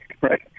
right